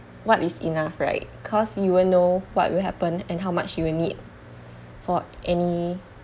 what is enough right cause you wouldn't know what will happen and how much you would need for any